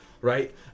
right